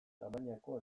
tamainako